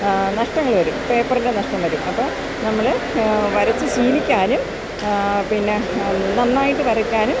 നഷ്ടങ്ങള് വരും പേപ്പറിൻ്റെ നഷ്ടം വരും അപ്പോള് നമ്മള് വരച്ച് ശീലിക്കാനും പിന്നെ നന്നായിട്ട് വരയ്ക്കാനും